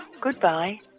Goodbye